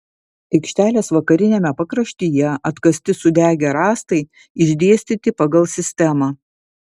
aikštelės vakariniame pakraštyje atkasti sudegę rąstai išdėstyti pagal sistemą